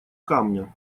камня